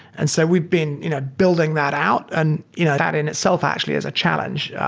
and so we've been you know building that out and you know that in itself actually is a challenge.